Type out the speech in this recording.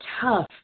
tough